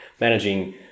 managing